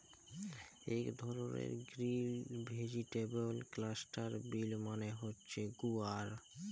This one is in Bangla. ইক ধরলের গ্রিল ভেজিটেবল ক্লাস্টার বিল মালে হছে গুয়ার